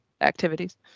activities